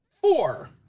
four